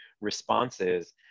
responses